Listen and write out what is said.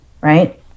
Right